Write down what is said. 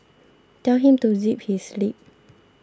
tell him to zip his lip